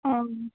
অঁ